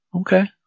Okay